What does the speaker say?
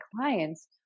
clients